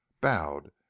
bowed